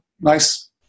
nice